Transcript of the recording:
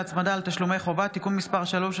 הצמדה על תשלומי חובה) (תיקון מס' 3),